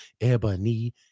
ebony